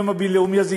ביום הבין-לאומי הזה,